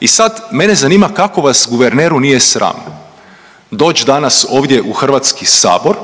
I sad mene zanima kako vas guverneru nije sram doći danas ovdje u Hrvatski sabor